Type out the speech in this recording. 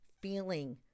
feeling